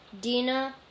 Dina